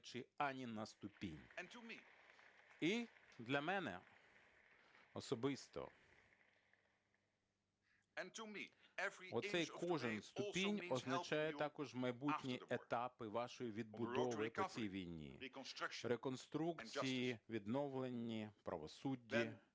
ані на ступінь. І для мене особисто оцей кожен ступінь означає також майбутні етапи вашої відбудови по цій війні, реконструкції, відновлення правосуддя.